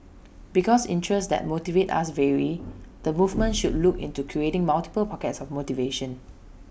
because interests that motivate us vary the movement should look into creating multiple pockets of motivation